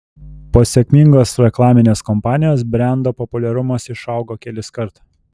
po sėkmingos reklaminės kampanijos brendo populiarumas išaugo keliskart